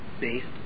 based